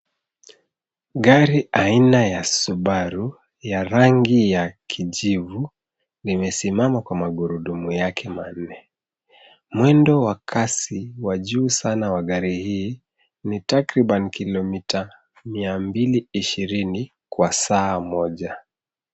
Gari aina ya Subaru ya rangi ya kijivu limesimama kwa magurudumu yake manne. Mwendo wa kasi wa juu sana wa gari hii ni takriban kilomita miambili ishirini kwa saa moja.